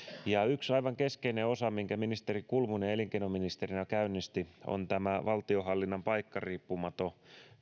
yksi aivan keskeinen osa minkä ministeri kulmuni elinkeinoministerinä käynnisti on tämä valtionhallinnon paikkariippumaton